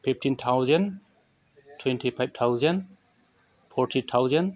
fifteen thousand twenty five thousand forty thousand